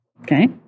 okay